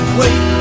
wait